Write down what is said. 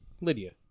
Lydia